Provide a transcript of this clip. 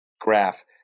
graph